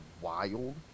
wild